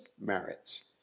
merits